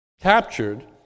captured